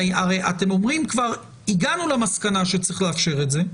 הרי אתם אומרים שהגענו למסקנה שצריך לאפשר את זה,